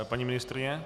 Paní ministryně?